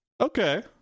Okay